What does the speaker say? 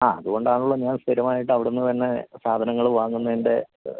ആ അതുകൊണ്ടാണല്ലോ ഞാൻ സ്ഥിരമായിട്ട് അവിടുന്ന് തന്നെ സാധനങ്ങൾ വാങ്ങുന്നതിൻ്റെ